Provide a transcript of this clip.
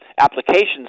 applications